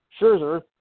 Scherzer